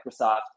Microsoft